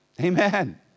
Amen